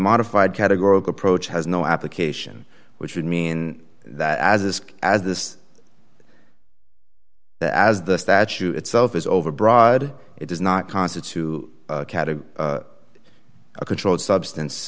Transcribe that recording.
modified categoric approach has no application which would mean that as asc as this as the statute itself is overbroad it does not constitute category a controlled substance